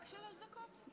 רק שלוש דקות?